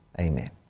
Amen